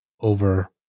over